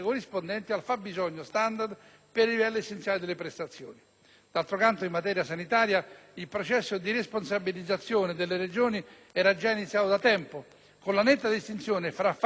per i livelli essenziali delle prestazioni». D'altro canto, in materia sanitaria, il processo di responsabilizzazione delle Regioni era già iniziato da tempo, con la netta distinzione tra fabbisogno e spesa storica.